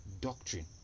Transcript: doctrine